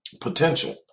potential